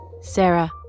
Sarah